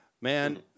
Man